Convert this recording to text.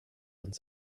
uns